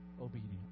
obedience